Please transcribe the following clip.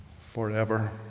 forever